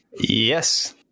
Yes